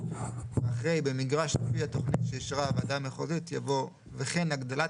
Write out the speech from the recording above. ואחרי "במגרש לפי התכנית שאישרה הוועדה המחוזית" יבוא "וכן הגדלת